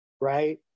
right